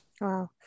Wow